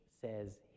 says